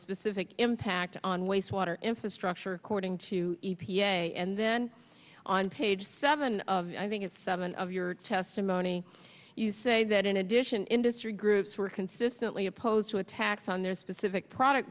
specific impact on wastewater infrastructure cording to e p a and then on page seven of i think it's seven of your testimony you say that in addition industry groups were consistently opposed to a tax on their specific product